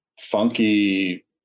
funky